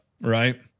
right